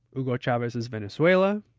hugo chavez's venezuela?